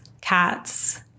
cats